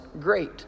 great